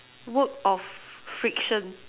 work of friction